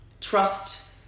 trust